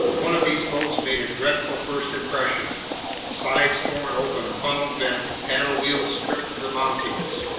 one of these boats made a dreadful first impression sides torn open, funnel bent, paddle wheels stripped to the mountings,